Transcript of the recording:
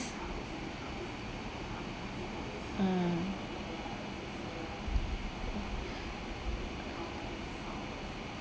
mm